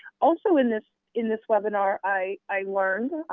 also in this in this webinar i learned,